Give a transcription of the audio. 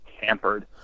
hampered